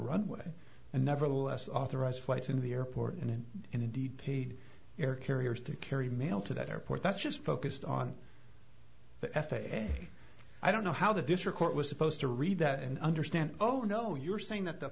runway and nevertheless authorized flights in the airport and indeed paid air carriers to carry mail to that airport that's just focused on the f a a i don't know how the district court was supposed to read that and understand oh no you're saying that the